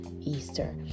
easter